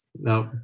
No